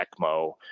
ECMO